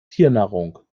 tiernahrung